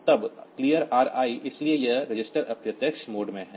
तब clear Ri इसलिए यह रजिस्टर इंडिरेक्ट मोड में है